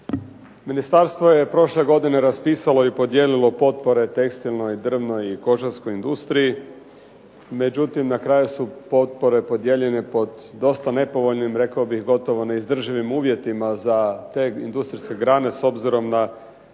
Ministarstvo je prošle godine raspisalo i podijelilo potpore drvnoj, tekstilnoj, kožarskoj industriji međutim, na kraju su potpore podijeljene pod dosta nepovoljnim, rekao bih gotovo neizdrživim uvjetima za te industrijske grane s obzirom na